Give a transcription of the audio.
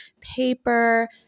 paper